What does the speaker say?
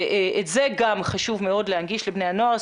את זה גם חשוב מאוד להנגיש לבני הנוער.